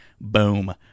Boom